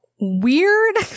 weird